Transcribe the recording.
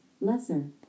lesser